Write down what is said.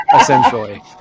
essentially